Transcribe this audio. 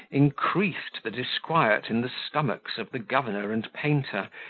increased the disquiet in the stomachs of the governor and painter,